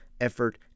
effort